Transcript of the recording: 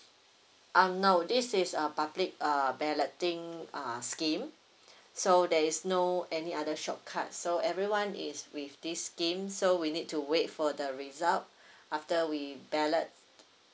um no uh this is a public uh balloting uh scheme so there is no any other shortcut so everyone is with this game so we need to wait for the result after we ballot